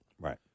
Right